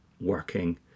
working